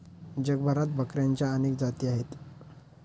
जगभरात बकऱ्यांच्या अनेक जाती आहेत